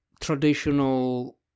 traditional